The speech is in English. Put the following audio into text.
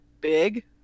big